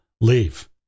leave